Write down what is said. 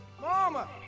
Mama